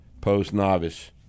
post-novice